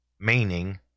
Meaning